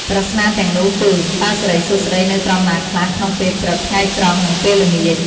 ប្រស្នាទាំងនោះគឺ "តើសិរីសួស្ដីនៅត្រង់ណាខ្លះ ក្នុងពេលព្រឹក ថ្ងៃត្រង់ និងពេលល្ងាច?"